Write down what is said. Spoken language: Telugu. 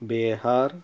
బీహార్